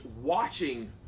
watching